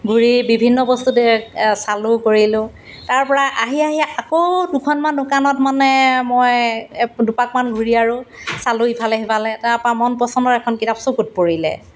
ঘূৰি বিভিন্ন বস্তু চালোঁ কৰিলোঁ তাৰপৰা আহি আহি আকৌ দুখনমান দোকানত মানে মই দুপাকমান ঘূৰি আৰু চালোঁ ইফালে সিফালে তাৰপৰা মন পচন্দৰ এখন কিতাপ চকুত পৰিলে